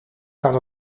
kan